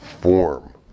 form